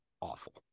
awful